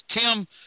Tim